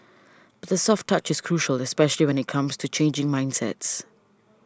but the soft touch is crucial especially when it comes to changing mindsets